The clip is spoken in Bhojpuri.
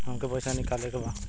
हमके पैसा निकाले के बा